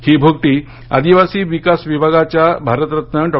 ही भूकटी आदिवासी विकास विभागाच्या भारतरत्न डॉ